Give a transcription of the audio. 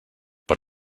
per